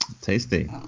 Tasty